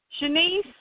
Shanice